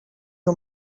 you